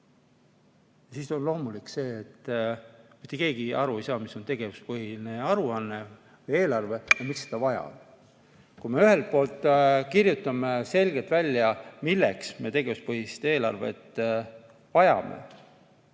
Siis on loomulik, et mitte keegi ei saa aru, mis on tegevuspõhine eelarve ja miks seda vaja on. Me ühelt poolt kirjutame selgelt välja, milleks me tegevuspõhist eelarvet vajame,